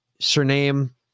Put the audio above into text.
surname